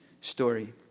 story